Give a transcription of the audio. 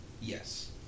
yes